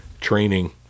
training